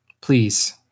Please